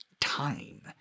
time